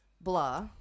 blah